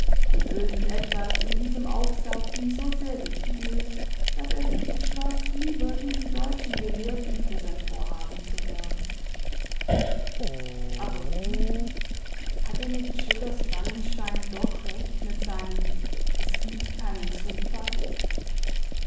und irgend etwas in diesem aufsatz ihm so sehr gefiel daß er sich entschloß lieber diesen deutschen gelehrten für sein vorhaben zu werben aber wie hatte nicht schillers wallenstein doch recht mit seinem es gibt keinen zufall